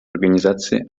организации